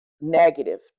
negative